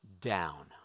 down